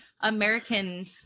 American